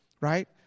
Right